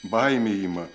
baimė ima